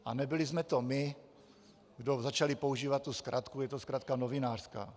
A nebyli jsme to my, kdo začali používat tu zkratku, je to zkratka novinářská.